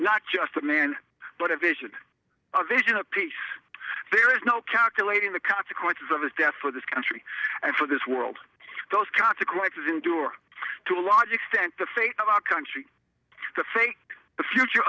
not just a man but a vision a vision of peace there is no calculating the consequences of his death for this country and for this world those consequences endure to a large extent the fate of our country to face the future